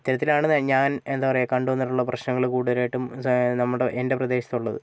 ഇത്തരത്തിലാണ് ഞാൻ എന്താ പറയാ കണ്ടുവന്നിട്ടുള്ള പ്രശ്നങ്ങൾ കൂടുതലായിട്ടും നമ്മുടെ എൻ്റെ പ്രദേശത്തുള്ളത്